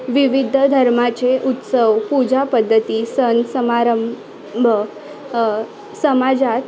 विविध धर्माचे उत्सव पूजा पद्धती सण समारंभ समाजात